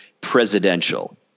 presidential